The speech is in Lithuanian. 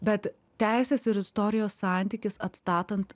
bet teisės ir istorijos santykis atstatant